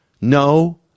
No